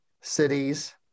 cities